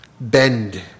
bend